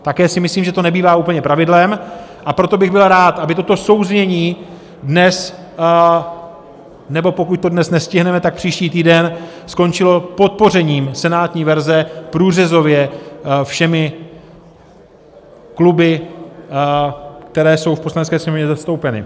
Také si myslím, že to nebývá úplně pravidlem, a proto bych byl rád, aby toto souznění dnes nebo pokud to dnes nestihneme, tak příští týden skončilo podpořením senátní verze průřezově všemi kluby, které jsou v Poslanecké sněmovně zastoupeny.